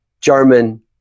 German